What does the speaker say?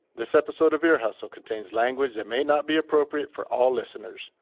this episode of ear hustle contains language that may not be appropriate for all listeners.